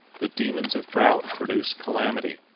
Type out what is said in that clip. the demons of drought produce calamity.